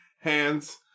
hands